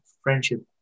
friendship